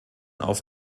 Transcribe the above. auf